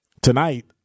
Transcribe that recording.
tonight